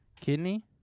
Kidney